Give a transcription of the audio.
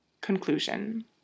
Conclusion